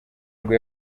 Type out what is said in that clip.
nibwo